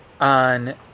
on